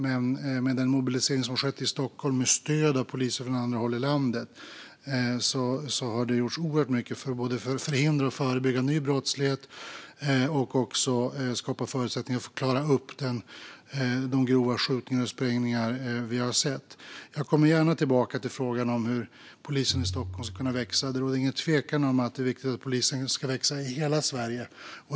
Men med den mobilisering som har skett i Stockholm med stöd av poliser från andra håll i landet har det gjorts oerhört mycket för att förhindra och förebygga ny brottslighet och också skapa förutsättningar för att klara upp de grova skjutningar och sprängningar som vi har sett. Jag kommer gärna tillbaka till frågan om hur polisen i Stockholm ska kunna växa. Det råder ingen tvekan om att det är viktigt att polisen växer i hela Sverige.